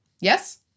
Yes